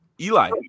Eli